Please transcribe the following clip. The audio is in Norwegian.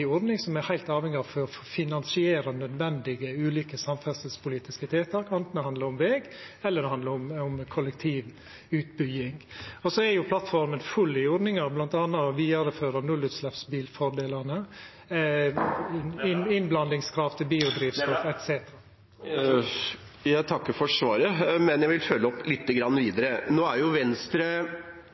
ordning som er heilt avgjerande både i eit klimaperspektiv og for å finansiera ulike nødvendige samferdselspolitiske tiltak – anten det handlar om veg eller det handlar om kollektivutbygging. Plattforma er òg full av ordningar, bl.a. å vidareføra nullutsleppsbilfordelane, innblandingskrav til biodrivstoff etc. Jeg takker for svaret, og jeg vil følge det opp litt videre. Nå er jo Venstre